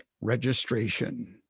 registration